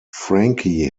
frankie